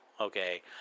Okay